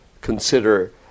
consider